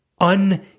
un